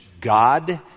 God